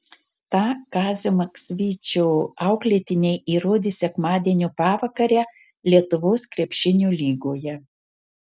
tą kazio maksvyčio auklėtiniai įrodė sekmadienio pavakarę lietuvos krepšinio lygoje